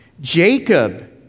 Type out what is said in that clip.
Jacob